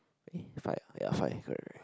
eh five ah ya five correct correct